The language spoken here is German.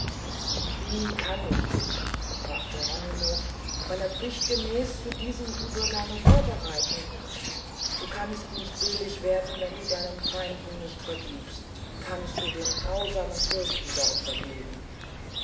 wie kann ich dich sprach geronimo meiner pflicht gemäß zu diesem uebergange vorbereiten du kannst nicht selig werden wenn du deinen feinden nicht vergiebst kannst du dem grausamen fürsten dort vergeben